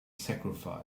sacrifice